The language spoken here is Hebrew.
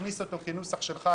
תכניס אותו כנוסח שלך,